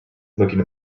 looking